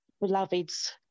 beloveds